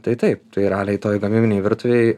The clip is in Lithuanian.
tai taip tai realiai toj gamybinėj virtuvėj